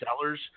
sellers